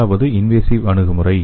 முதலாவது இன்வேசிவ் அணுகுமுறை